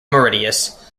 mauritius